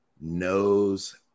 knows